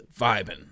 vibing